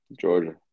Georgia